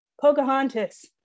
Pocahontas